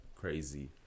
crazy